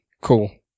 Cool